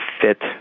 fit